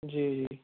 جی جی